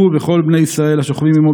הוא וְכל בני ישראל השוכבים עימו,